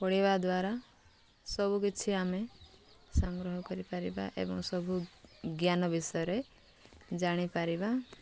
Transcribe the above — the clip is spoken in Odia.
ପଢ଼ିବା ଦ୍ୱାରା ସବୁକିଛି ଆମେ ସଂଗ୍ରହ କରିପାରିବା ଏବଂ ସବୁ ଜ୍ଞାନ ବିଷୟରେ ଜାଣିପାରିବା